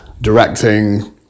directing